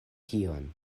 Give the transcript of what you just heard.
tion